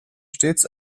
stets